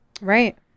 Right